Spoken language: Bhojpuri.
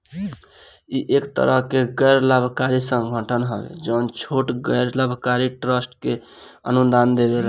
इ एक तरह के गैर लाभकारी संगठन हवे जवन छोट गैर लाभकारी ट्रस्ट के अनुदान देवेला